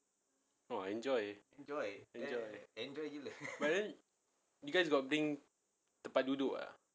oh enjoy enjoy but then you guys got bring tempat duduk ah